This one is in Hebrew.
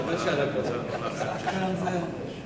אדוני היושב-ראש,